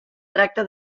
tracta